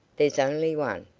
there's only one.